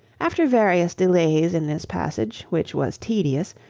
after various delays in this passage, which was tedious,